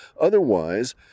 Otherwise